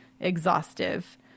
exhaustive